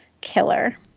killer